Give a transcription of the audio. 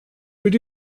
but